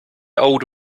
old